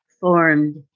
formed